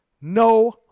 no